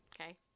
okay